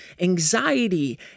anxiety